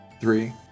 Three